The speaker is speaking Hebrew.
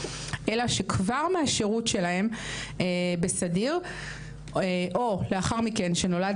אלא שכבר מהשירות שלהם בסדיר או לאחר מכן שנולד